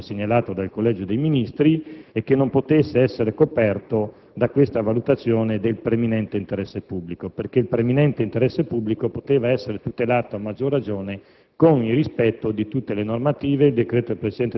potesse rivestire i profili di illegittimità così come segnalato dal Collegio per i reati ministeriali e che non potesse essere coperto dalla valutazione del preminente interesse pubblico. Il preminente interesse pubblico, infatti, poteva essere tutelato a maggior ragione